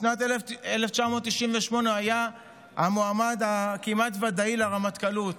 בשנת 1998 הוא היה המועמד הכמעט-ודאי לרמטכ"לות,